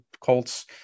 Colts